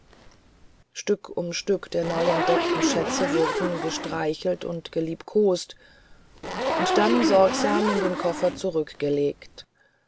stück um stück der neuentdeckten schätze wurde gestreichelt und geliebkost und dann sorgsam in den koffer zurückgelegt